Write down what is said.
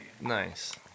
Nice